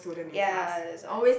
ya that's why